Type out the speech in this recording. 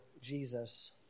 Jesus